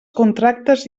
contractes